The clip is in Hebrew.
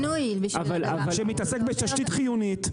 שמתעסק בתשתית חיונית.